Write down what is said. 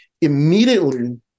immediately